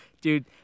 Dude